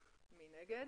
2 נגד,